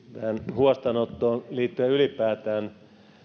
huostaanottoon liittyen ylipäätään